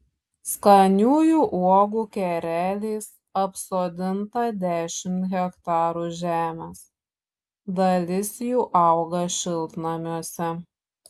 skaniųjų uogų kereliais apsodinta dešimt hektarų žemės dalis jų auga šiltnamiuose